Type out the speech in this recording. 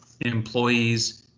employees